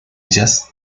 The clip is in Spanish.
ellas